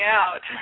out